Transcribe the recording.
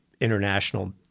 international